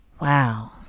Wow